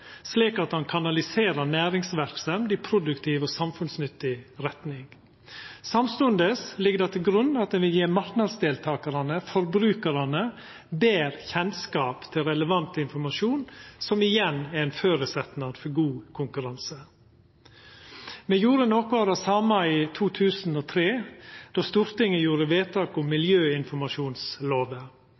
slik at ein kanaliserer næringsverksemd i produktiv og samfunnsnyttig retning. Samstundes ligg det til grunn at ein vil gje marknadsdeltakarane, forbrukarane, betre kjennskap til relevant informasjon, som igjen er ein føresetnad for god konkurranse. Me gjorde noko av det same i 2003, då Stortinget gjorde vedtak om miljøinformasjonslova.